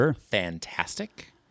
fantastic